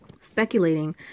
speculating